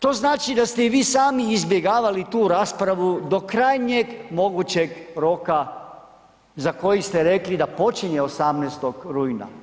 To znači da ste i vi sami izbjegavali tu raspravu do krajnjeg mogućeg roka za koji ste rekli da počinje 18. rujna.